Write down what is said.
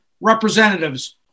representatives